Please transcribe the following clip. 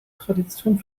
tradition